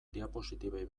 diapositibei